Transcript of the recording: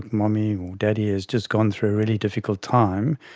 mummy or daddy has just gone through a really difficult time,